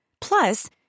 Plus